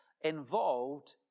involved